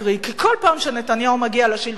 כי כל פעם שנתניהו מגיע לשלטון,